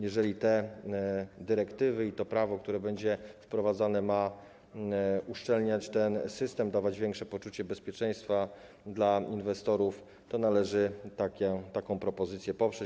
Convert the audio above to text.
Jeżeli te dyrektywy i to prawo, które będzie wprowadzone, mają uszczelniać ten system i dawać większe poczucie bezpieczeństwa inwestorom, to należy taką propozycję poprzeć.